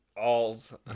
all's